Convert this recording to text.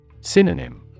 Synonym